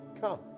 come